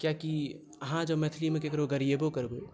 कियाकि अहाँ जँ मैथिलीमे ककरहु गरियेबो करबै